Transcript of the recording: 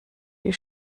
die